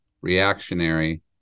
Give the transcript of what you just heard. reactionary